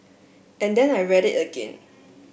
and then I read it again